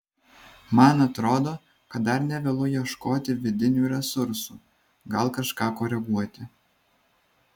man atrodo kad dar ne vėlu ieškoti vidinių resursų gal kažką koreguoti